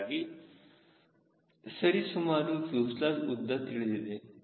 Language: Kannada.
ಹೀಗಾಗಿ ಸರಿಸುಮಾರು ಫ್ಯೂಸೆಲಾಜ್ ಉದ್ದ ತಿಳಿದಿದೆ